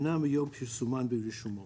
שנה מיום פרסומן ברשומות.